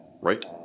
Right